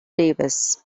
davis